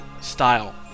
style